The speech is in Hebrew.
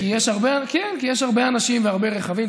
כי יש הרבה אנשים והרבה רכבים.